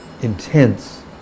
intense